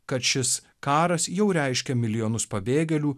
kad šis karas jau reiškia milijonus pabėgėlių